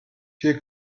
viel